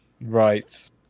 Right